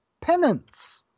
penance